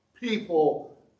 people